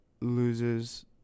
loses